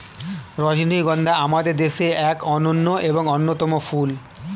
রজনীগন্ধা আমাদের দেশের এক অনন্য এবং অন্যতম ফুল